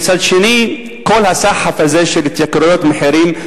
ומצד שני כל הסחף הזה של התייקרויות ועליות מחירים.